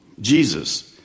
Jesus